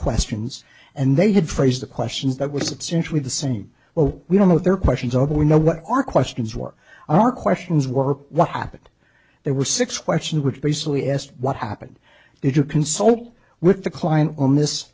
questions and they had phrased the questions that were substantially the same oh we don't know their questions are we know what our questions were our questions were what happened there were six questions which basically asked what happened if you consult with the client on this